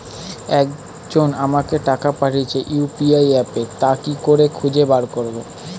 একজন আমাকে টাকা পাঠিয়েছে ইউ.পি.আই অ্যাপে তা কি করে খুঁজে বার করব?